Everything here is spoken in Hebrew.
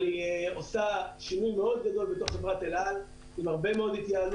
אבל היא עושה שינוי מאוד גדול בתוך חברת אל על עם הרבה התייעלות.